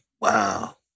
Wow